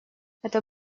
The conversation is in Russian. это